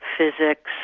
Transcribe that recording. physics,